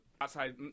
outside